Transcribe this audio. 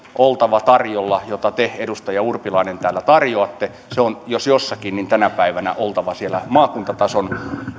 oltava tarjolla jota te edustaja urpilainen täällä tarjoatte sen on jos jossakin niin tänä päivänä oltava siellä maakuntatason